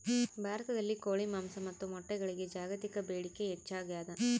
ಭಾರತದಲ್ಲಿ ಕೋಳಿ ಮಾಂಸ ಮತ್ತು ಮೊಟ್ಟೆಗಳಿಗೆ ಜಾಗತಿಕ ಬೇಡಿಕೆ ಹೆಚ್ಚಾಗ್ಯಾದ